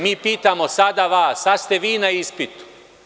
Mi pitamo sada vas, sada ste vi na ispitu.